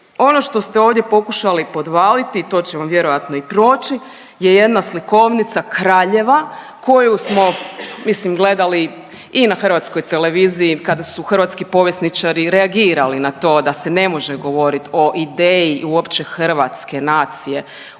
Ono što ste ovdje pokušali podvaliti, to će vam vjerojatno i proći, je jedna slikovnica kraljeva koju smo mislim gledali i na Hrvatskoj televiziji kada su hrvatski povjesničari reagirali na to da se ne može govorit o ideji uopće hrvatske nacije u